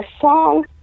song